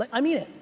i mean it,